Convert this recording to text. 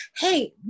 hey